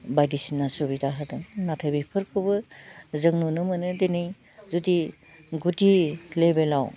बायदिसिना सुबिदा होदों नाथाइ बेफोरखौबो जों नुनो मोनो दिनै जुदि गुदि लेबेलाव